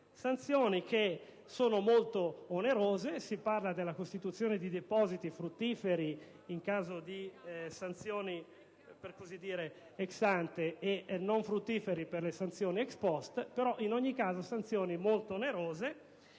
sanzioni, che sono molto onerose: si parla della costituzione di depositi fruttiferi in casodi sanzioni *ex ante* e non fruttiferi per le sanzioni*ex post*; in ogni caso si tratta di sanzioni molto onerose.